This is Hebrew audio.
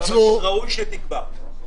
ראוי שתקבע.